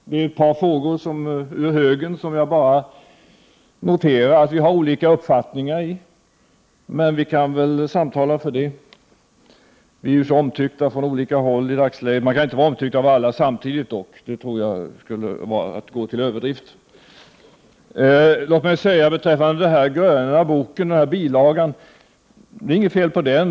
Det är ett par frågor ur högen, som jag bara noterar att vi har olika uppfattningar i, men vi kan väl samtala för det. Vi är ju så omtyckta från alla hålli dagsläget. Man kan inte vara omtyckt av alla samtidigt dock, det tror jag skulle vara att gå till överdrift. Låt mig säga beträffande den gröna bilagan till betänkandet att det är inget fel på den.